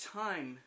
time